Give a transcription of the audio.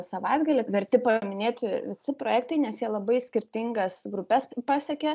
savaitgalį verti paminėti visi projektai nes jie labai skirtingas grupes pasiekia